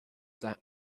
that